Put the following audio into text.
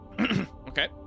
Okay